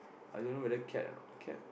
I don't know whether cat or nt cat